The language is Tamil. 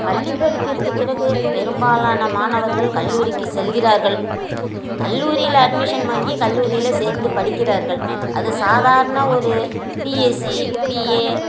பள்ளிப் படிப்பிற்கு பிறகு பெரும்பாலான மாணவர்கள் கல்லூரிக்கு செல்கிறார்கள் கல்லூரியில் அட்மிஷன் வாங்கி கல்லூரியில் சேர்ந்து படிக்கிறார்கள் அது சாதாரண ஒரு பிஎஸ்சி பிஏ